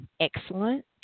excellent